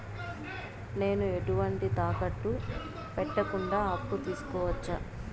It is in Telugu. నేను ఎటువంటి తాకట్టు పెట్టకుండా అప్పు తీసుకోవచ్చా?